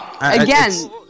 again